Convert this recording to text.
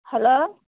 hello